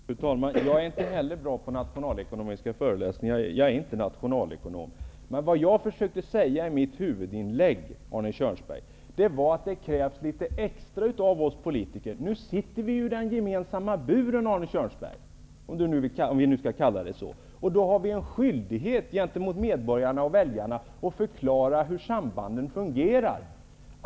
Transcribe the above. Fru talman! Jag är inte heller bra på nationalekonomiska föreläsningar -- jag är inte nationalekonom. Vad jag försökte säga i mitt huvudinlägg, Arne Kjörnsberg, var att det krävs litet extra av oss politiker. Nu sitter vi i den gemensamma buren, om vi skall uttrycka det så, och vi har en skyldighet gentemot medborgarna och väljarna att förklara hur sambanden fungerar.